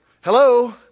hello